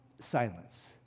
silence